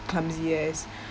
clumsy ass